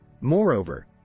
Moreover